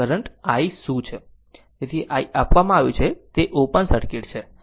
તેથી આ i આપવામાં આવ્યું છે તે ઓપન સર્કિટ છે